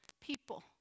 People